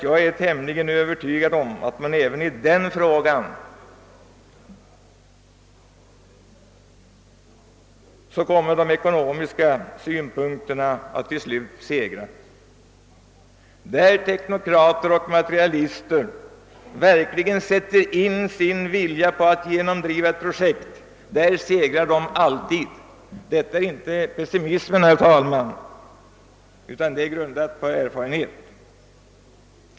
Jag är tämligen övertygad om att även i den frågan de ekonomiska synpunkterna till slut kommer att segra. Där teknokrater och materialister verkligen sätter in sin vilja på att genomdriva ett projekt, där segrar de alltid. Detta är inte ogrundad pessimism, herr talman, utan egen erfarenhet.